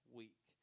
week